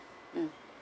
mm